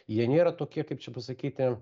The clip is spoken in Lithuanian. jie nėra tokie kaip čia pasakyti